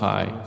High